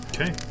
Okay